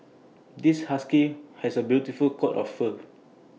this husky has A beautiful coat of fur